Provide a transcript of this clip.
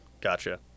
Gotcha